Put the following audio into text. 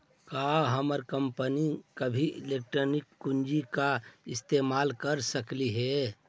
का हमर कंपनी अभी इक्विटी पूंजी का इस्तेमाल कर सकलई हे